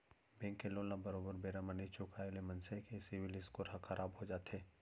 bank के loan ल बरोबर बेरा म नइ चुकाय ले मनसे के सिविल स्कोर ह खराब हो जाथे